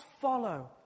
follow